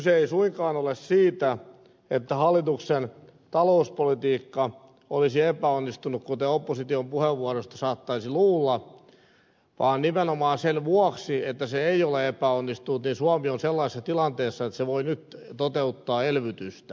kyse ei suinkaan ole siitä että hallituksen talouspolitiikka olisi epäonnistunut kuten opposition puheenvuoroista saattaisi luulla vaan nimenomaan sen vuoksi että se ei ole epäonnistunut suomi on sellaisessa tilanteessa että se voi nyt toteuttaa elvytystä